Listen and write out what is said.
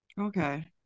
Okay